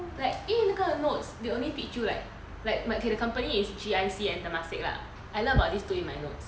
like 因为那个 notes they only teach you like okay the company is G_I_C and temasek lah I learn about this two in my notes